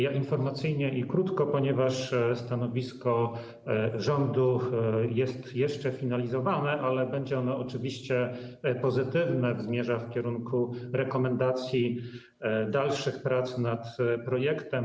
Ja informacyjnie i krótko, ponieważ stanowisko rządu jest jeszcze finalizowane, ale będzie ono oczywiście pozytywne, zmierza w kierunku rekomendacji dalszych prac nad projektem.